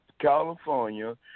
California